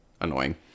annoying